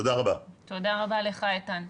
תודה רבה לך, איתן.